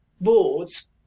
boards